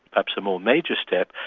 perhaps a more major step,